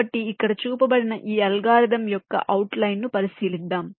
కాబట్టి ఇక్కడ చూపబడిన ఈ అల్గోరిథం యొక్క అవుట్లైన్ ను పరిశీలిద్దాం